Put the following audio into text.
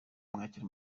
imwakire